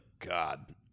God